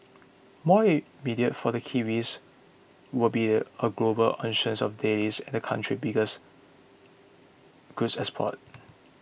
more immediate for the kiwis will be a global auction of dailies and the country's biggest goods export